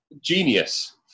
genius